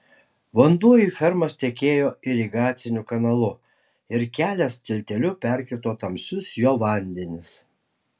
vanduo į fermas tekėjo irigaciniu kanalu ir kelias tilteliu perkirto tamsius jo vandenis